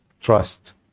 trust